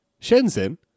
Shenzhen